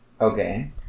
Okay